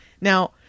Now